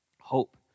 Hope